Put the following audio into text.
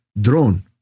drone